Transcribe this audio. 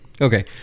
Okay